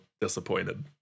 disappointed